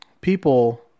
people